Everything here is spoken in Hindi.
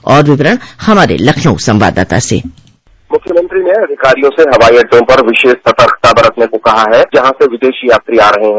और विवरण हमारे लखनऊ संवाददाता से मुख्यमंत्री ने अधिकारियों से हवाई अड्डों पर विशेष सतर्कता बरतने को कहा है जहां से विदेशी यात्री आ रहे हैं